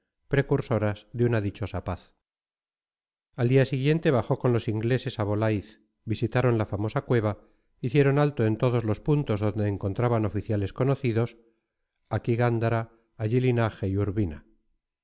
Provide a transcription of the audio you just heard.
precursoras de una dichosa paz al día siguiente bajó con los ingleses a bolaiz visitaron la famosa cueva hicieron alto en todos los puntos donde encontraban oficiales conocidos aquí gándara allí linaje y urbina